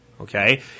Okay